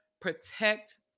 Protect